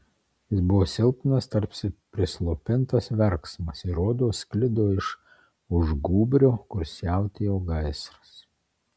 jis buvo silpnas tarsi prislopintas verksmas ir rodos sklido iš už gūbrio kur siautėjo gaisras